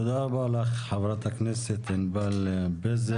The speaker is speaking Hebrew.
תודה רבה לך ח"כ ענבר בזק.